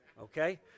okay